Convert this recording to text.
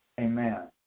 Amen